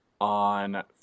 on